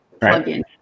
plug-in